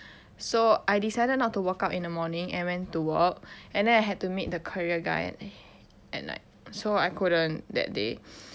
so I decided not to work out in the morning and went to work and then I had to meet the courier guy at night so I couldn't that day